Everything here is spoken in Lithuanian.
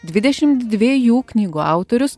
dvidešimt dviejų knygų autorius